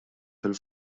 fil